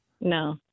No